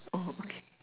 oh okay